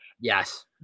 Yes